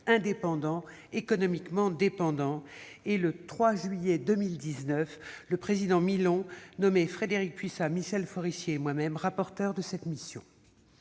indépendants économiquement dépendants ». Le 3 juillet 2019, le président Alain Milon nous nommait, Frédérique Puissat, Michel Forissier et moi-même, rapporteurs de cette mission.